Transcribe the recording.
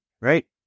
right